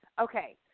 Okay